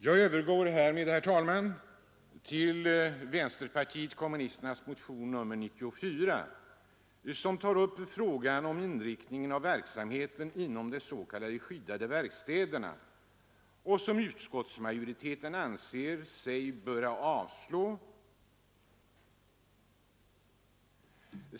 Jag övergår härmed, herr talman, till vpk-motionen 94, som tar upp frågan om inriktningen av verksamheten inom de s.k. skyddade verkstäderna och som utskottsmajoriteten anser sig böra avstyrka.